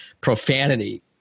profanity